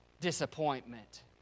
disappointment